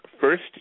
first